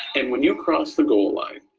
and when you cross the goal line,